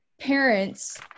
parents